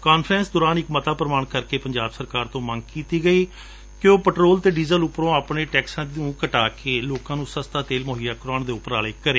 conference ਦੌਰਾਨ ਇਕ ਮਤਾ ਪੁਵਾਨ ਕਰਕੇ ਪੰਜਾਬ ਸਰਕਾਰ ਤੋਂ ਮੰਗ ਕੀਤੀ ਗਈ ਏ ਕਿ ਉਹ ਪੈਟਰੋਲ ਅਤੇ ਡੀਜ਼ਲ ਉਪਰੋਂ ਆਪਣੇ ਟੈਕਸਾਂ ਨੰ ਘਟਾ ਕੇ ਲੋਕਾਂ ਨੰ ਸਸਤਾ ਤੇਲ ਮੁਹੱਈਆ ਕਰਵਾਉਣ ਲਈ ਉਪਰਾਲੇ ਕਰੇ